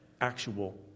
actual